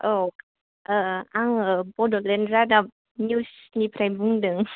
औ आङो बड'लेण्ड रादाब निउस निफ्राय बुंदों